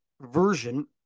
version